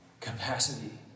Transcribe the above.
capacity